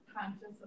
conscious